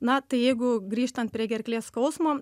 na tai jeigu grįžtant prie gerklės skausmo